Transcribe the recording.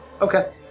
Okay